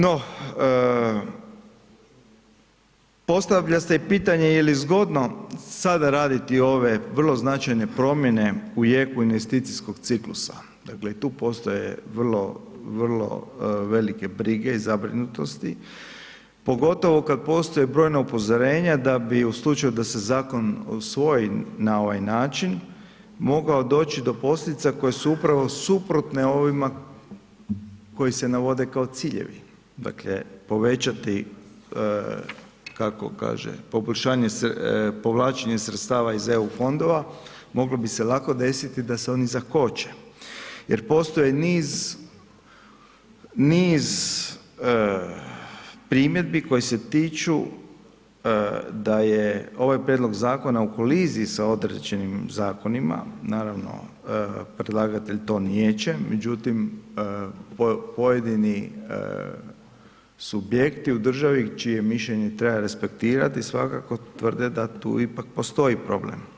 No, postavlja se i pitanje je li zgodno sada raditi ove vrlo značajne promijene u jeku investicijskog ciklusa, dakle i tu postoje vrlo, vrlo velike brige i zabrinutosti, pogotovo kad postoje brojna upozorenja da bi u slučaju da se Zakon usvoji na ovaj način, mogao doći do posljedica koje su upravo suprotne ovima koji se navode kao ciljevi, dakle povećati, kako kaže poboljšanje povlačenje sredstava iz EU fondova, moglo bi se lako desiti da se oni zakoče, jer postoje niz, niz primjedbi koje se tiču da je ovaj Prijedlog Zakona u koliziji sa određenim Zakonima, naravno predlagatelj to niječe, međutim pojedini subjekti u državi čije mišljenje treba respektirati svakako tvrde da tu ipak postoji problem.